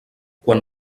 quan